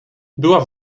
była